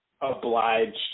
obliged